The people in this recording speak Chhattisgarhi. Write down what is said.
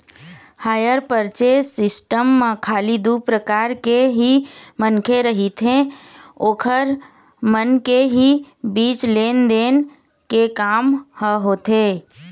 हायर परचेस सिस्टम म खाली दू परकार के ही मनखे रहिथे ओखर मन के ही बीच लेन देन के काम ह होथे